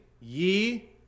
Ye